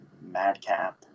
madcap